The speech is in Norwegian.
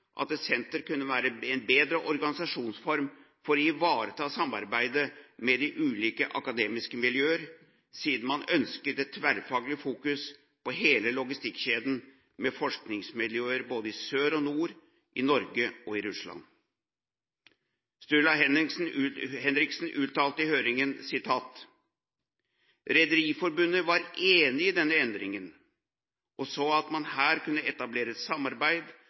at et senter kunne være en bedre organisasjonsform for å ivareta samarbeidet med de ulike akademiske miljøer, siden man ønsket et tverrfaglig fokus på hele logistikk-kjeden, med forskningsmiljøer både i sør og nord, i Norge og i Russland. Sturla Henriksen uttalte i høringen: «Rederiforbundet var enig i denne endringen og så at man her kunne etablere et samarbeid